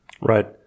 Right